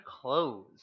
clothes